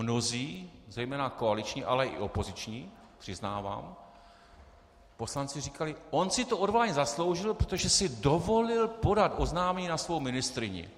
Mnozí, zejména koaliční, ale i opoziční, přiznávám, poslanci říkali on si to odvolání zasloužil, protože si dovolil podat oznámení na svou ministryni.